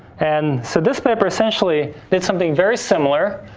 and so this paper essentially did something very similar,